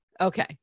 Okay